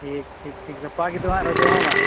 ᱴᱷᱤᱠ ᱴᱷᱤᱠ ᱴᱷᱤᱠ ᱜᱟᱯᱟᱜᱮ ᱫᱚ ᱦᱟᱜ ᱨᱚᱡᱚ ᱦᱚᱸ ᱵᱟᱝ